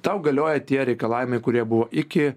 tau galioja tie reikalavimai kurie buvo iki